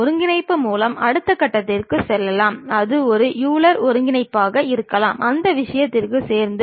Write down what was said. திசையைப் பொறுத்து அதாவது x அச்சில் கிடைமட்ட தளம் இருந்தால் y அச்சில் செங்குத்து தளம் இருக்கும்